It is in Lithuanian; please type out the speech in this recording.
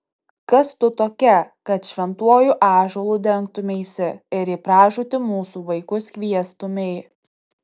kas tu tokia kad šventuoju ąžuolu dengtumeisi ir į pražūtį mūsų vaikus kviestumei